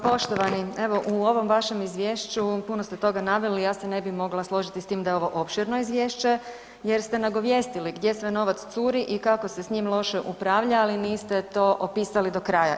Poštovani, evo u ovom vašem izvješću puno ste toga naveli, ja se ne bi mogla složiti s tim da je ovo opširno izvješće jer ste nagovijestili gdje sve novac curi i kako se s njim loše upravlja, ali niste to opisali do kraja.